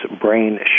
brain